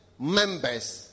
members